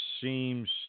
seems